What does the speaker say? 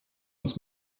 uns